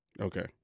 Okay